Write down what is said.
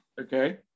Okay